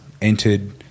entered